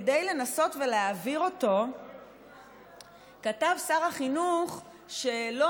כדי לנסות ולהעביר אותו כתב שר החינוך שלא